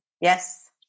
Yes